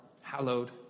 hallowed